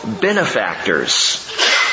benefactors